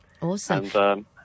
Awesome